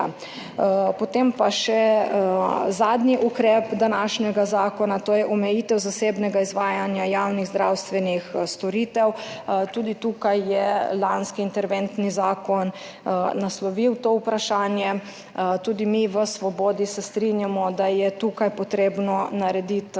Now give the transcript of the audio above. Potem pa še zadnji ukrep današnjega zakona, to je omejitev zasebnega izvajanja javnih zdravstvenih storitev. Tudi tu je lanski interventni zakon naslovil to vprašanje. Tudi mi v Svobodi se strinjamo, da je tu treba še narediti